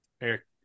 Eric